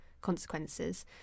consequences